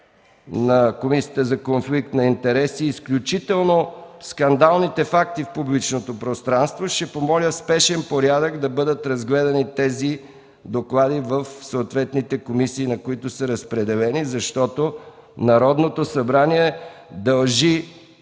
на Комисията за конфликт на интереси, изключително скандалните факти в публичното пространство, ще помоля в спешен порядък да бъдат разгледани тези доклади в съответните комисии, на които са разпределени. Народното събрание дължи